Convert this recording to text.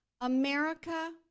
America